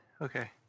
Okay